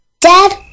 Dad